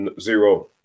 zero